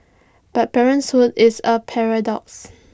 but parenthood is A paradox